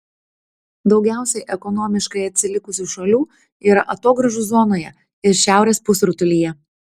daugiausiai ekonomiškai atsilikusių šalių yra atogrąžų zonoje ir šiaurės pusrutulyje